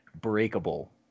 breakable